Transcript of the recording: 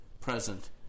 present